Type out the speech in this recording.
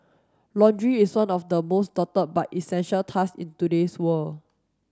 laundry is one of the most daunted but essential task in today's world